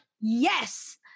Yes